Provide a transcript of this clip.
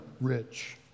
rich